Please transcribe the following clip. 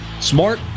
smart